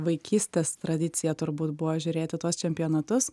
vaikystės tradicija turbūt buvo žiūrėti tuos čempionatus